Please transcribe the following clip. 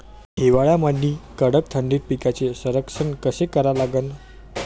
हिवाळ्यामंदी कडक थंडीत पिकाचे संरक्षण कसे करा लागन?